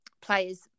players